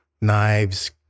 knives